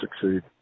succeed